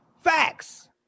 Facts